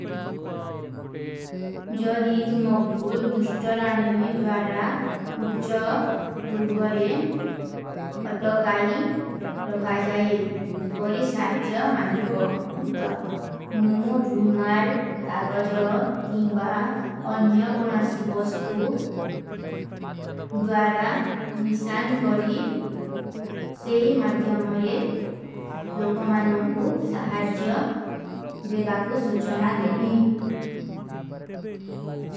ଜଦୀ ତୁମକୋ ଜୁଷ୍ଟରାଣୀ ଦ୍ଵାରା ଉଚ୍ଚା ଦୂର୍ଗରେନ ଅତକାଈ ରଖାଜାଈ ଦିପରୀ ସହାଜ୍ଯା ମାଗୀବାଵାଂ। ତୁମକୋ ଜୁଷ୍ଟରାଣୀ ଦ୍ଵାରା ଉଚ୍ଚା ଦୂର୍ଗରେନ ଅତକାଈ ରଖାଜାଈ ଦିପରୀ ସହାଜ୍ଯା ମାଗୀବାଵାଂ।